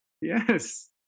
Yes